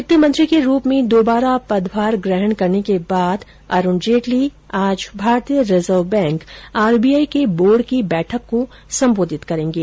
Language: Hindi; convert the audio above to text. वित्त मंत्री के रूप में दोबारा पद भार ग्रहण करने के बाद अरूण जेटली आज भारतीय रिजर्व बैंक के बोर्ड की बैठक को संबोधित करेंगे